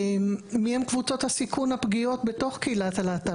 מיהן קבוצות הסיכון הפגיעות בתוך קהילת הלהט"ב?